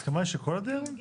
הסכמה של כל הדיירים?